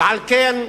ועל כן,